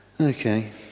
Okay